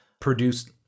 produced